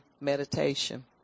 meditation